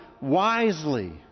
wisely